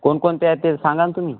कोणकोणते आहेत ते सांगा नं तुम्ही